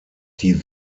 die